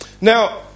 Now